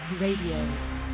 Radio